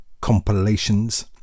compilations